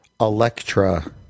electra